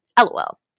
LOL